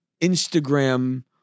instagram